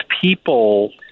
people